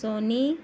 سونی